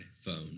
phone